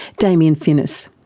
damien finniss.